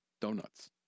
donuts